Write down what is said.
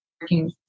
working